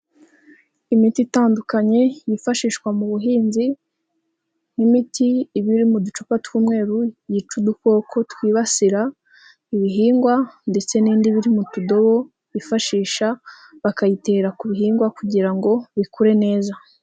Imiti itandukanye yifashishwa mu buhinzi, n'imiti iba iri mu ducupa tw'umweru yica udukoko twibasira ibihingwa, ndetse n'indi iba iri mu tudobo bifashisha bakayitera ku bihingwa kugira ngo bikure neza.